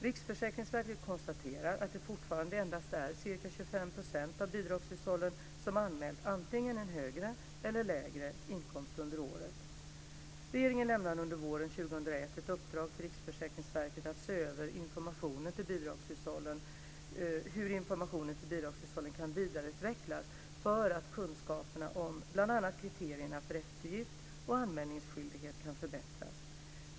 Riksförsäkringsverket konstaterar att det fortfarande endast är ca Regeringen lämnade under våren 2001 ett uppdrag till Riksförsäkringsverket att se över hur informationen till bidragshushållen kan vidareutvecklas för att kunskaperna om bl.a. kriterierna för eftergift och anmälningsskyldighet kan förbättras.